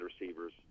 receivers